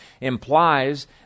implies